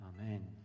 amen